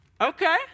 okay